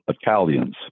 Italians